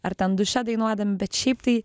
ar ten duše dainuodami bet šiaip tai